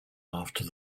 after